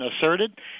asserted